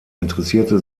interessierte